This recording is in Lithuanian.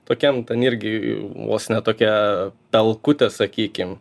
tokiam ten irgi vos ne tokia pelkutė sakykim